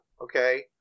Okay